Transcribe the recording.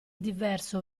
diverso